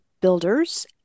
builders